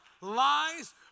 lies